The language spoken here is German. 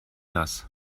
nass